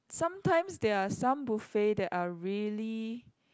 sometimes there are some buffet that are really